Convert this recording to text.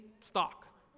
stock